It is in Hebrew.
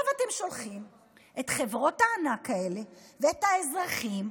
עכשיו אתם שולחים את חברות הענק האלה ואת האזרחים,